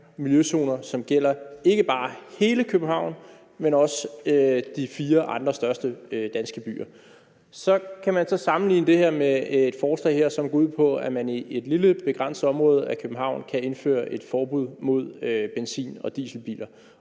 bare gælder i hele København, men også i de fire andre største danske byer. Det kan man så sætte i forhold til det her forslag, som går ud på, at man i et lille begrænset område af København kan indføre et forbud mod benzin- og dieselbiler,